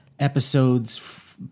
Episodes